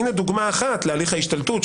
הינה דוגמה אחת להליך ההשתלטות,